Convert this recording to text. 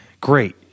great